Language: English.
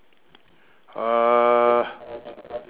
err